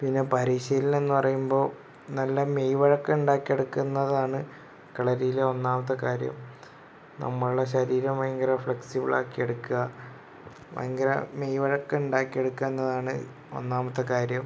പിന്നെ പരിശീലനം എന്ന് പറയുമ്പോൾ നല്ല മെയ് വഴക്കം ഉണ്ടാക്കി എടുക്കുന്നതാണ് കളരിയിൽ ഒന്നാമത്തെ കാര്യം നമ്മളുടെ ശരീരം ഭയങ്കര ഫ്ലെക്സിബിൾ ആക്കി എടുക്ക ഭയങ്കര മെയ് വഴക്കം ഉണ്ടാക്കിയെടുക്കുക എന്നതാണ് ഒന്നാമത്തെ കാര്യം